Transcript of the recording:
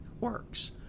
works